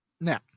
Now